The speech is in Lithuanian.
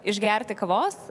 išgerti kavos